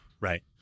Right